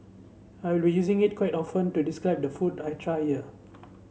I will be using it quite often to describe the food I try here